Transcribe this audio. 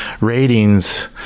ratings